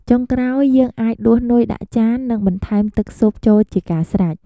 ចុងក្រោយ យើងអាចដួសនុយដាក់ចាន និងបន្ថែមទឹកស៊ុបចូលជាការស្រេច។